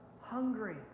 hungry